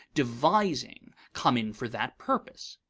devising come in for that purpose.